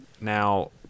Now